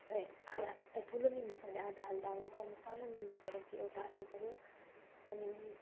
आदा ए ठुलो निम्बु छ भने चाहिँ आधा हाल्दा हुन्छ सानो निम्बु छ भने चाहिँ एउटा हाल्नु पर्यो अनि